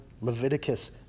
Leviticus